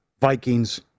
Vikings